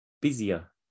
busier